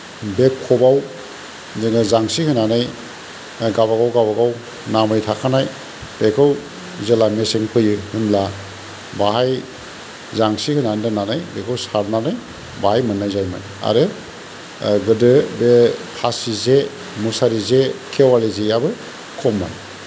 बे खबाव जोङो जांसि होनानै गावबा गाव गावबा गाव नांबाय थाखानाय बेखौ जेब्ला मेसें फैयो होमब्ला बेवहाय जांसि होनानै दोननानै बेखौ सारनानै बेवहाय मोननाय जायोमोन आरो गोदो बे फासि जे मुसारि जे खेवालि जेआबो खममोन